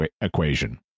equation